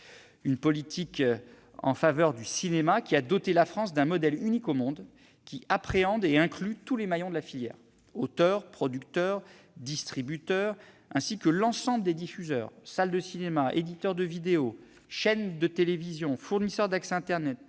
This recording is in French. une politique en faveur du cinéma qui a doté la France d'un modèle unique au monde, appréhendant et incluant tous les maillons de la filière : auteurs, producteurs, distributeurs, ainsi que l'ensemble des diffuseurs, qu'il s'agisse des salles de cinéma, des éditeurs de vidéos, des chaînes de télévision, des fournisseurs d'accès à internet,